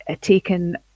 taken